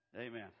Amen